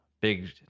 big